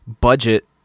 budget